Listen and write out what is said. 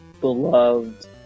beloved